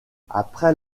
après